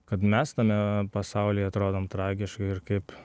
kad mes tame pasaulyje atrodom tragiškai ir kaip